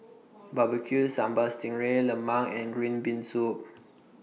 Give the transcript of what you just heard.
Barbecued Sambal Sting Ray Lemang and Green Bean Soup